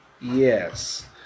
Yes